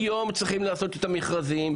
היום צריכים לעשות את המכרזים,